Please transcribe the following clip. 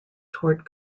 toward